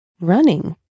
running